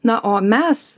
na o mes